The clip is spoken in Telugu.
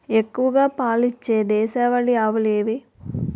ఎక్కువ పాలు ఇచ్చే దేశవాళీ ఆవులు ఏవి?